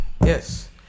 Yes